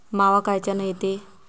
मावा कायच्यानं येते?